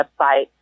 website